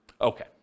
Okay